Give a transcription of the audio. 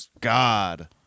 God